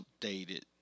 updated